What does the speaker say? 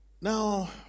Now